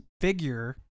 figure